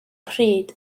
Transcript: pryd